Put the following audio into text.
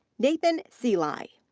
nathan seelye.